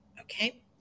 okay